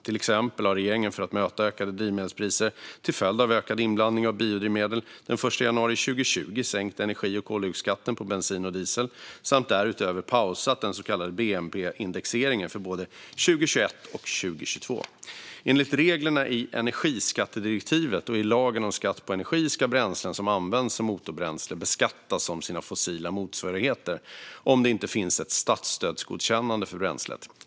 Till exempel har regeringen, för att möta ökade drivmedelspriser till följd av ökad inblandning av biodrivmedel, den 1 januari 2020 sänkt energi och koldioxidskatten på bensin och diesel samt därutöver pausat den så kallade bnp-indexeringen för både 2021 och 2022. Enligt reglerna i energiskattedirektivet och i lagen om skatt på energi ska bränslen som används som motorbränsle beskattas som sina fossila motsvarigheter, om det inte finns ett statsstödsgodkännande för bränslet.